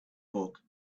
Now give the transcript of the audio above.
book